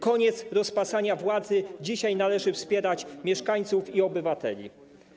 Koniec rozpasania władzy, dzisiaj należy wspierać mieszkańców i obywateli.